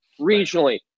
regionally